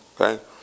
Okay